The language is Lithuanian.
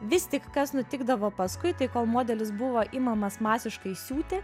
vis tik kas nutikdavo paskui tai kol modelis buvo imamas masiškai siūti